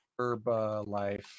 Herbalife